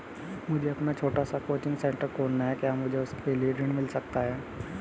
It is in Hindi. मुझे अपना छोटा सा कोचिंग सेंटर खोलना है क्या मुझे उसके लिए ऋण मिल सकता है?